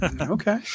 Okay